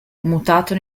mutato